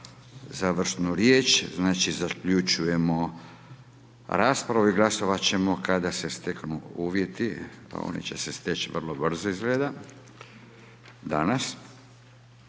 završnu riječ. Znači zaključujemo raspravu i glasovat ćemo kada se steknu uvjeti, a oni će se steći vrlo brzo izgleda, danas.